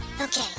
Okay